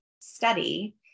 study